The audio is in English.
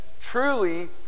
truly